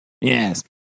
Yes